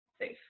safe